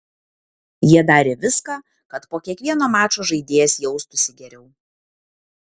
jie darė viską kad po kiekvieno mačo žaidėjas jaustųsi geriau